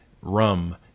rum